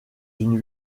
une